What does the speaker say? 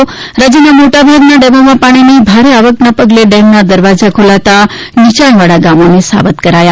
રાજ્યમાં મોટાભાગના ડેમોમાં પાણીની ભારે આવકના પગલે ડેમના દરવાજા ખોલતા નીચાણવાળા ગામોને સાવધ કરાયા